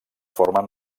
formen